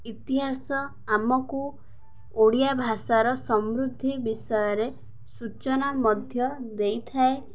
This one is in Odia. ଇତିହାସ ଆମକୁ ଓଡ଼ିଆ ଭାଷାର ସମୃଦ୍ଧି ବିଷୟରେ ସୂଚନା ମଧ୍ୟ ଦେଇଥାଏ